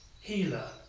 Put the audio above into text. healer